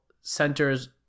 centers